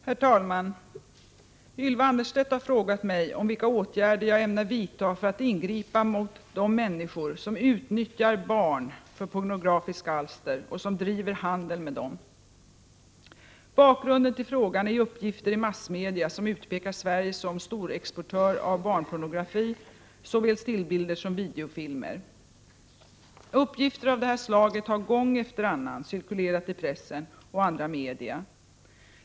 Herr talman! Ylva Annerstedt har frågat mig om vilka åtgärder jag ämnar vidta för att ingripa mot de människor som utnyttjar barn för pornografiska alster och som driver handel med dessa. Bakgrunden till frågan är uppgifter i massmedia som utpekar Sverige som storexportör av barnpornografi, såväl stillbilder som videofilmer. Uppgifter av det slaget har gång efter annan cirkulerat i pressen och andra media.